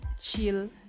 chill